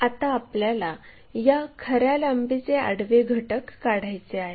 आता आपल्याला या खऱ्या लांबीचे आडवे घटक काढायचे आहेत